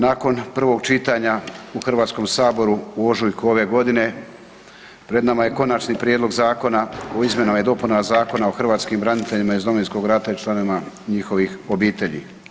Nakon prvog čitanja u Hrvatskom saboru u ožujku ove godine, pred nama je Konačni prijedlog zakona o izmjenama i dopunama Zakona o hrvatskim braniteljima iz Domovinskog rata i članovima njihovih obitelji.